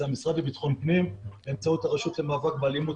זה המשרד לביטחון פנים באמצעות הרשות למאבק באלימות,